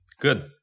Good